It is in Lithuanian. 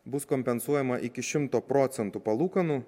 bus kompensuojama iki šimto procentų palūkanų